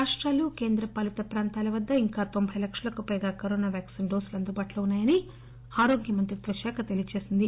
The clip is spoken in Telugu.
రాష్రాలు కేంద్రపాలిత ప్రాంతాలకు ఇప్పటికీ ఇంకా తోంభై లక్షలకు పైగా కరోనా వ్యాక్సిన్ డోసులు అందుబాటులో ఉన్నాయని ఆరోగ్య మంత్రిత్వ శాఖ తెలియజేసింది